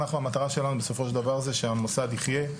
אנחנו המטרה שלנו בסופו של דבר זה שהמוסד יחייה,